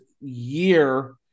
year